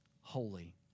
holy